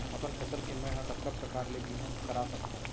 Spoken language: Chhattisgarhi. अपन फसल के मै ह कतका प्रकार ले बीमा करा सकथो?